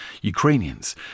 Ukrainians